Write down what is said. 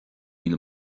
míle